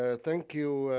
ah thank you,